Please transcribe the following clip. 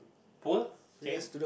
poor said